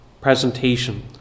presentation